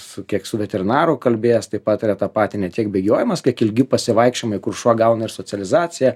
su keksu veterinaru kalbėjęs tai pataria tą patį ne tiek bėgiojimas kiek ilgi pasivaikščiojimai kur šuo gauna ir socializaciją